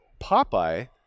Popeye